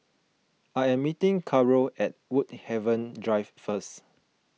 I am meeting Carole at Woodhaven Drive first